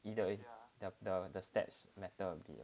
the the the the the steps matter a bit